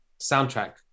soundtrack